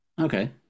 Okay